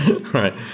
Right